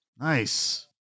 Nice